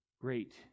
great